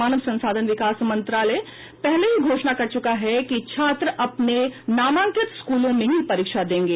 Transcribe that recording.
मानव संसाधन विकास मंत्रालय पहले ही घोषणा कर चुका है कि छात्र अपने नामांकित स्कूलों में ही परीक्षा देंगे